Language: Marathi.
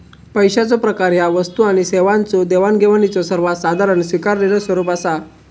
पैशाचो प्रकार ह्या वस्तू आणि सेवांच्यो देवाणघेवाणीचो सर्वात साधारण स्वीकारलेलो स्वरूप असा